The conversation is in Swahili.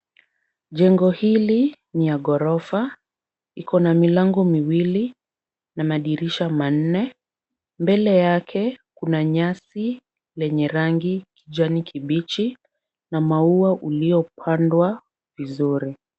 Jengo hili ni ya ghorofa. Iko na milango miwili na madirisha manne. Mbele yake kuna nyasi lenye rangi ya kijani kibichi na maua uliopandwa vizuri.